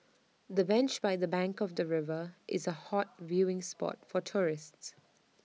the bench by the bank of the river is A hot viewing spot for tourists